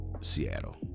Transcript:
Seattle